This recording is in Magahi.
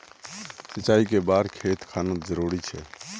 सिंचाई कै बार खेत खानोक जरुरी छै?